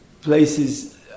places